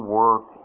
work